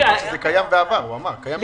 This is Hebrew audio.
קיים ועבר.